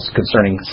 concerning